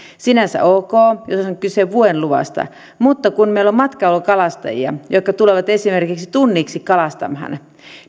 sinänsä ok jos on kyse vuoden luvasta mutta kun meillä on matkailukalastajia jotka tulevat esimerkiksi tunniksi kalastamaan